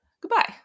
goodbye